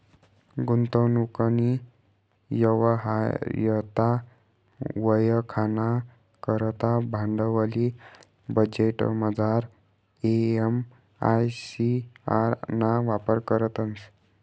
गुंतवणूकनी यवहार्यता वयखाना करता भांडवली बजेटमझार एम.आय.सी.आर ना वापर करतंस